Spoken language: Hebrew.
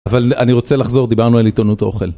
אבל אני רוצה לחזור, דיברנו על עיתונות אוכל.